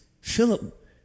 Philip